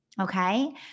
Okay